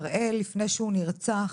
בראל, לפני שהוא נרצח